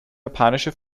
japanische